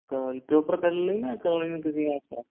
proper Karauli में या करौली के कहीं आस पास